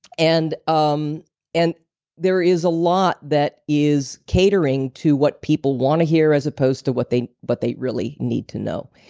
and um and there is a lot that is catering to what people want to hear as opposed to what they but they really need to know.